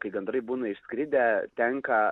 kai gandrai būna išskridę tenka